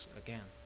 again